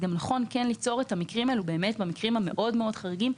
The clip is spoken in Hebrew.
ולכן נכון ליצור את המקרים האלה במקרים מאוד מאוד חריגים,